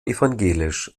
evangelisch